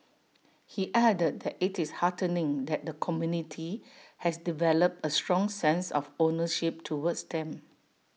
he added that IT is heartening that the community has developed A strong sense of ownership towards them